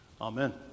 Amen